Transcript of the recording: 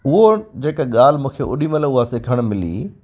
उहो जेका ॻाल्हि मूंखे ओॾी महिल उहा सिखणु मिली